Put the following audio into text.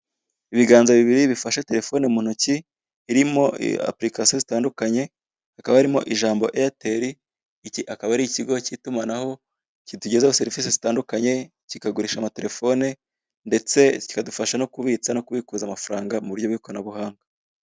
Ibiganza bibiri bifashe telefone mu ntoki irimo apurikasiyo zitandukanye hakaba harimo ijambo eyateri iki akaba ari ikigo k'itumanaho kitugezaho serivise zitandukanye kikagurisha amatelefone ndetse kikadufasha no kubitsa no kubikuza amafaranga mu buryo bw'ikoranabuhanga.